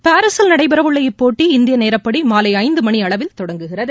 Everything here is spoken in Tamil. பாரீஸில் நடைபெறவுள்ள இப்போட்டி இந்திய நேரடிப்பாடி மாலை ஐந்து மணி அளவில் தொடங்குகிறது